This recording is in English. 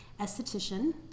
esthetician